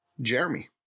Jeremy